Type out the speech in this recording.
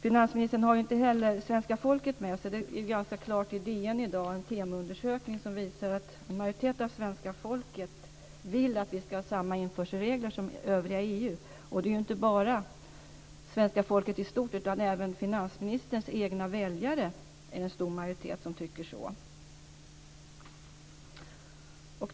Finansministern har inte heller svenska folket med sig. Det framgår ganska klart av en Temoundersökning som presenteras i DN i dag. Där framgår det att en majoritet av svenska folket vill att vi ska ha samma införselregler som övriga EU. Och det gäller ju inte bara svenska folket i stort, utan även en stor majoritet av finansministerns egna väljare tycker det.